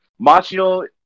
Machio